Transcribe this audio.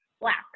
Black